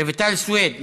רויטל סויד,